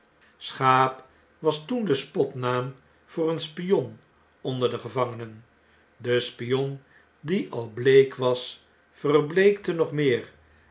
schaap was toen de spotnaam voor een spion onder de gevangenen de spion die al bleek was verbleekte nog meer